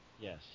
Yes